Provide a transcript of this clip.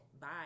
bye